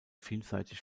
vielseitig